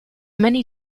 many